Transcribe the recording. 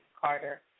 Carter